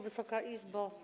Wysoka Izbo!